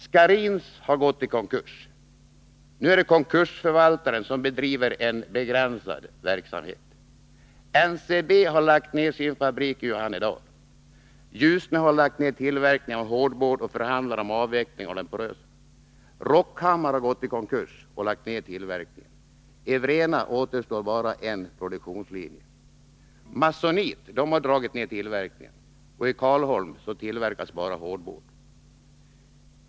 Scharins har gått i konkurs, och konkursförvaltaren bedriver en begränsad verksamhet. NCB har lagt ned sin fabrik i Johannedal. Ljusne har lagt ner tillverkningen av hårdboard och förhandlar om avveckling av den porösa. Rockhammar har gått i konkurs och lagt ner tillverkningen. I Vrena återstår bara en produktionslinje. Masonite har dragit ner tillverkningen. I Karlholm tillverkas bara hårdboard.